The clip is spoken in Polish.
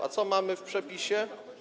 A co mamy w przepisie?